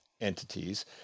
entities